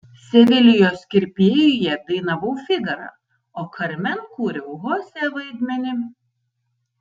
sevilijos kirpėjuje dainavau figarą o karmen kūriau chosė vaidmenį